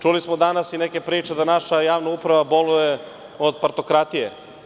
Čuli smo danas i neke priče da naša javna uprava boluje od partokratije.